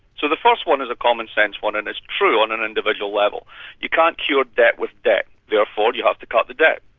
so the first one is a commonsense one and it's true on an individual level you can't cure debt with debt. therefore, you have to cut the debt.